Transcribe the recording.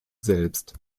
selbst